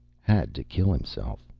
had to kill himself.